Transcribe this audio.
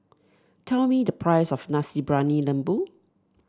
tell me the price of Nasi Briyani Lembu